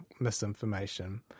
misinformation